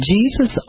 Jesus